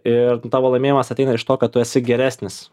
ir tavo laimėjimas ateina iš to kad tu esi geresnis